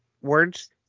words